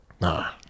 Nah